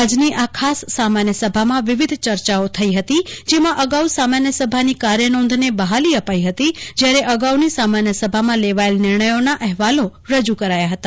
આજની આ ખાસ સામાન્ય સભામાં વિવિધ ચર્ચાઓ થઈ હતી જેમાં અગાઉ સામાન્ય સભાની કાર્યનોંધને બહાલી અપાઈ હતી જયારે અગાઉની સામાન્ય સભામાં લેવાયેલ નિર્ણયોના અહેવાલો રજૂ કરાયા હતાં